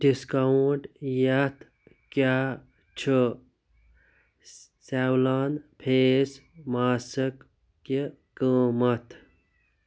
discount یَتھ کیٛاہ چھُ سیولان فیس ماسٕک کہِ قۭمتھ